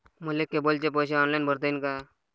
मले केबलचे पैसे ऑनलाईन भरता येईन का?